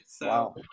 Wow